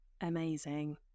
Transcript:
Amazing